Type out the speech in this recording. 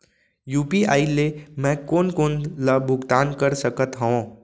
UPI ले मैं कोन कोन ला भुगतान कर सकत हओं?